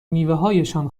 میوههایشان